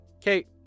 Kate